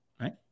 right